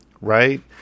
right